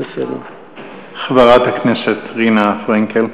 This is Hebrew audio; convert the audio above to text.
חברת הכנסת רינה פרנקל.